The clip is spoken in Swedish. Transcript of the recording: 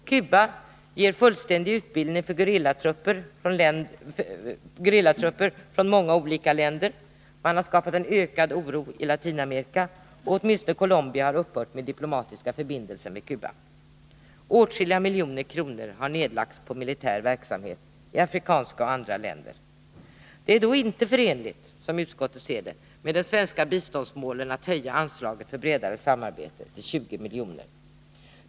Cuba ger fullständig utbildning för gerillatrupper från många olika länder, man har skapat en ökad oro i Latinamerika, och åtminstone Colombia har upphört med diplomatiska förbindelser med Cuba. Åtskilliga miljoner kronor har nedlagts på militär verksamhet i afrikanska och andra länder. Som utskottet ser det är det då inte förenligt med de svenska biståndsmålen att höja anslaget för bredare samarbete till 20 miljoner.